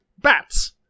bats